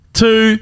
two